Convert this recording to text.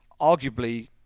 arguably